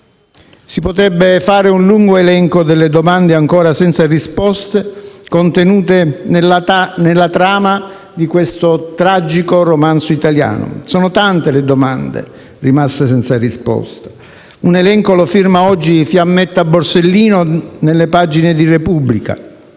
Si potrebbe fare un lungo elenco delle domande ancora senza risposte, contenute nella trama di questo tragico romanzo italiano. Sono tante le domande rimaste senza risposta: un elenco lo firma oggi Fiammetta Borsellino nelle pagine del